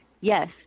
Yes